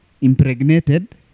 Impregnated